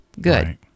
Good